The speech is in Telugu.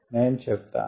నేను చెప్తాను